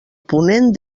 ponent